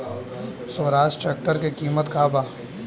Swaraj tractor के किमत का बा?